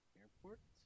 airport